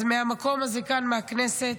אז מהמקום הזה, כאן, מהכנסת,